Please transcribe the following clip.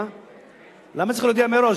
למה צריך להודיע מראש?